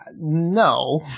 no